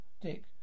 Dick